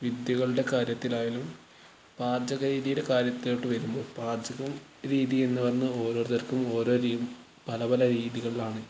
വിദ്യകളുടെ കാര്യത്തിലായാലും പാചക രീതിയുടെ കാര്യത്തിലോട്ട് വരുമ്പോൾ പാചകം രീതി എന്ന് പറഞ്ഞ ഓരോരുത്തർക്കും ഓരോ രീതി പലപല രീതികളിലാണ്